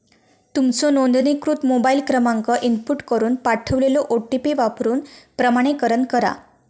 तुमचो नोंदणीकृत मोबाईल क्रमांक इनपुट करून पाठवलेलो ओ.टी.पी वापरून प्रमाणीकरण करा